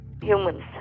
humans